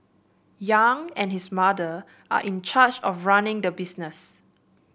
yang and his mother are in charge of running the business